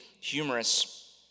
humorous